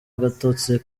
agatotsi